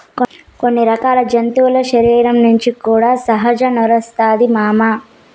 కొన్ని రకాల జంతువుల శరీరం నుంచి కూడా సహజ నారొస్తాది మామ